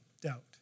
doubt